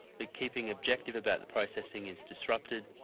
but keeping objective about the processing is disrupted,